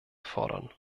fordern